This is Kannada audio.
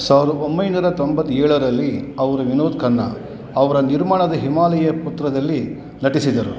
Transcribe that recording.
ಸಾವಿರದ ಒಂಬೈನೂರ ತೊಂಬತ್ತೇಳರಲ್ಲಿ ಅವರು ವಿನೋದ್ ಖನ್ನಾ ಅವರ ನಿರ್ಮಾಣದ ಹಿಮಾಲಯ ಪುತ್ರದಲ್ಲಿ ನಟಿಸಿದರು